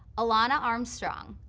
alana armstrong,